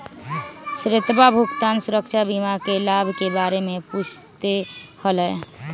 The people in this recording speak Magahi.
श्वेतवा भुगतान सुरक्षा बीमा के लाभ के बारे में पूछते हलय